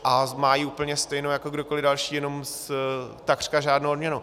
A má ji úplně stejnou jako kdokoli další, jenom takřka žádnou odměnu.